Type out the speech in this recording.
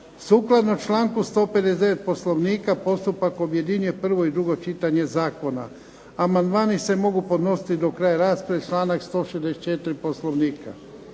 Sukladno članku 159. Poslovnika postupak objedinjuje prvo i drugo čitanje zakona. Amandmani se mogu podnositi do kraja rasprave, članak 164. Poslovnika.